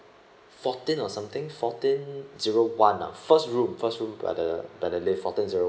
fourteen or something fourteen zero one ah first room first room by the by the lift fourteen zero one